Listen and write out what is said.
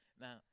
now